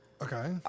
Okay